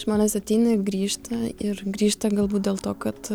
žmonės ateina grįžta ir grįžta galbūt dėl to kad